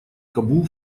кабул